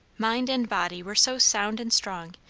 mind and body were so sound and strong,